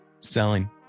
Selling